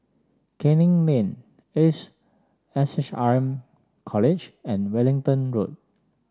Canning Men Ace S H R M College and Wellington Road